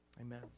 Amen